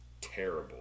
terrible